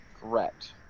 Correct